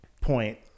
point